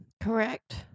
Correct